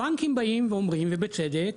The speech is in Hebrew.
הבנקים באים ואומרים ובצדק,